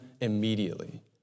immediately